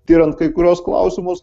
tiriant kai kuriuos klausimus